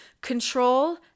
Control